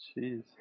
Jeez